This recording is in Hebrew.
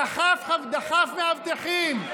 דחף מאבטחים,